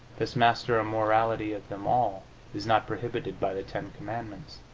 this master immorality of them all is not prohibited by the ten commandments,